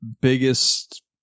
biggest